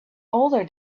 older